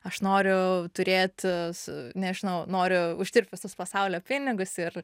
aš noriu turėt su nežinau noriu uždirbt visus pasaulio pinigus ir